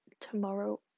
tomorrow